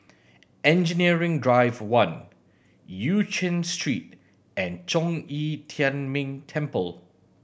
Engineering Drive One Eu Chin Street and Zhong Yi Tian Ming Temple